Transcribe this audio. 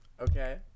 okay